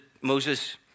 Moses